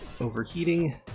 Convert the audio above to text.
overheating